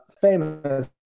Famous